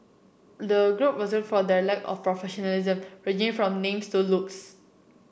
the group was for their lack of professionalism ranging from names to looks